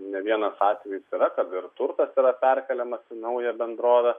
ne vienas atvejis yra kad ir turtas yra perkeliamas į naują bendrovę